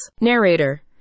Narrator